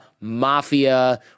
mafia